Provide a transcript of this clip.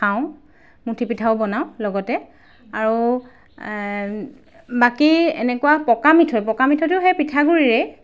খাওঁ মুঠি পিঠাও বনাওঁ লগতে আৰু বাকী এনেকুৱা পকা মিঠৈ পকা মিঠৈটো সেই পিঠাগুড়িৰে